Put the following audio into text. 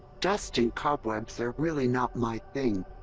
dust and cobwebs are really not my thing.